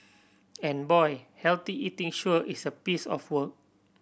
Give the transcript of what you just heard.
and boy healthy eating sure is a piece of work